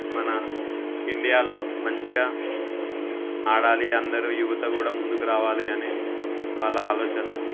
మన ఇండియాలో మంచిగా ఆడాలి అందరూ యువత కూడా ముందుకు రావాలి అని వాళ్ళ ఆలోచన